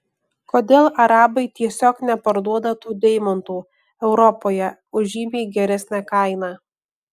kodėl arabai tiesiog neparduoda tų deimantų europoje už žymiai geresnę kainą